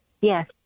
Yes